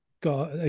got